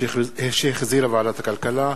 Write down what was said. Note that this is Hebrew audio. שהחזירה ועדת הכלכלה,